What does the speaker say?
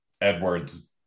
Edwards